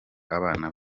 abana